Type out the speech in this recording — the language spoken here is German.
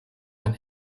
ein